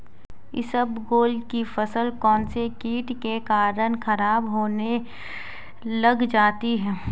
इसबगोल की फसल कौनसे कीट के कारण खराब होने लग जाती है?